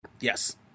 Yes